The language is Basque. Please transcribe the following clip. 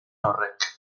horrek